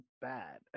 bad